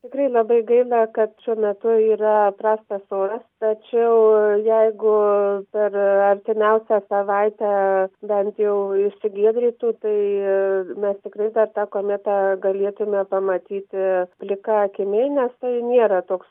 tikrai labai gaila kad šiuo metu yra prastas oras tačiau jeigu per artimiausią savaitę bent jau išsigiedrytų tai mes tikrai dar tą kometą galėtume pamatyti plika akimi nes tai nėra toks